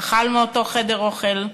אכל באותו חדר אוכל,